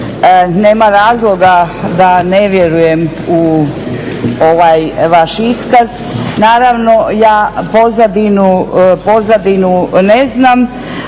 nema razloga da ne vjerujem u ovaj vaš iskaz. Naravno, ja pozadinu ne znam